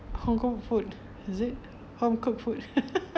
hong kong food is it home-cooked food